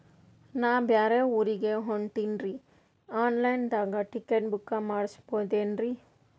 ನಾ ಬ್ಯಾರೆ ಊರಿಗೆ ಹೊಂಟಿನ್ರಿ ಆನ್ ಲೈನ್ ದಾಗ ಟಿಕೆಟ ಬುಕ್ಕ ಮಾಡಸ್ಬೋದೇನ್ರಿ?